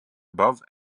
above